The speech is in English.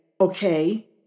okay